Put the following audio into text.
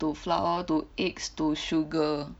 to flower to eggs to sugar